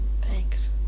Thanks